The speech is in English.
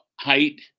height